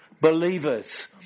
believers